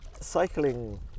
cycling